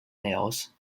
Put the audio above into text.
nails